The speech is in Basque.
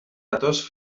datoz